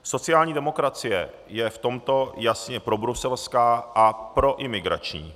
Sociální demokracie je v tomto jasně probruselská a proimigrační.